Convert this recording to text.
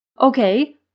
Okay